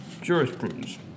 jurisprudence